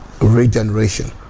regeneration